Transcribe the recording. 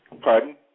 Pardon